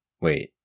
Wait